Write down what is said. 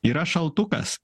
yra šaltukas